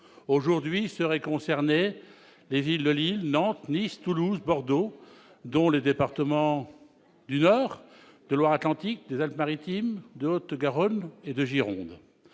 Aujourd'hui seraient concernés les villes de Lille, Nantes, Nice, Toulouse et Bordeaux et, donc, les départements du Nord, de Loire-Atlantique, des Alpes-Maritimes, de Haute-Garonne et de Gironde.